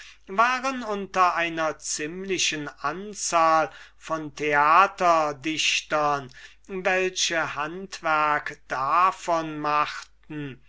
waren unter einer ziemlichen anzahl von theaterdichtern welche handwerk davon machten